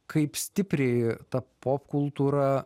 kaip stipriai ta popkultūra